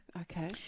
okay